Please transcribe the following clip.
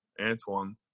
Antoine